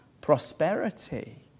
prosperity